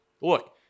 Look